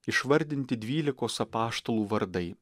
išvardinti dvylikos apaštalų vardai